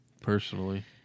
personally